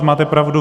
Máte pravdu.